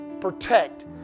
protect